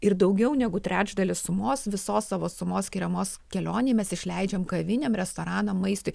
ir daugiau negu trečdalį sumos visos savo sumos skiriamos kelionei mes išleidžiam kavinėm restoranam maistui